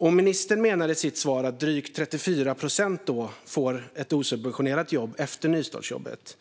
Ministern menar i sitt svar att drygt 34 procent får ett osubventionerat jobb efter nystartsjobbet.